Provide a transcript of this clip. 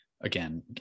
again